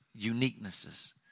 uniquenesses